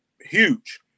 huge